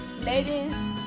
Ladies